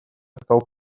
стал